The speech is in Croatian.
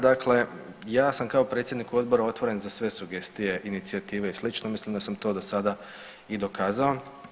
Dakle, ja sam kao predsjednik odbora otvoren za sve sugestije, inicijative i slično, mislim da sam to dosada i dokazao.